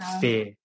fear